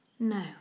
No